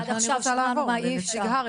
לכן אני רוצה לעבור לנציג הר"י.